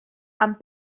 and